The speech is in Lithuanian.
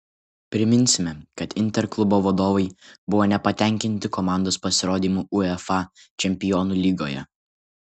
priminsime kad inter klubo vadovai buvo nepatenkinti komandos pasirodymu uefa čempionų lygoje